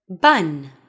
bun